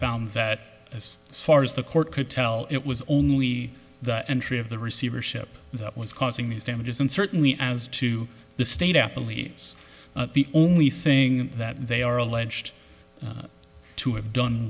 found that as far as the court could tell it was only the entry of the receivership that was causing these damages and certainly as to the state believes the only thing that they are alleged to have done